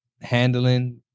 handling